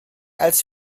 als